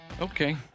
Okay